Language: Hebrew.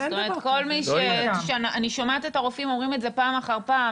אני שומעת את הרופאים אומרים את זה פעם אחר פעם.